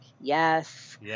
yes